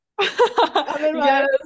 Yes